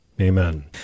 amen